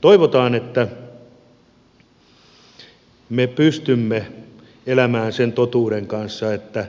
toivotaan että me pystymme elämään sen totuuden kanssa että